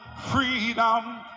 freedom